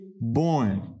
born